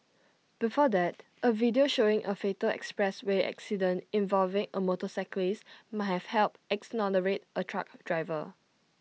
before that A video showing A fatal expressway accident involving A motorcyclist might have helped exonerate A truck driver